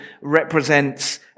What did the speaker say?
represents